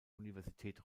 universität